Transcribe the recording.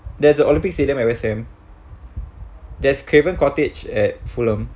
there the olimpic stadium I was in that's craven cottage at fulham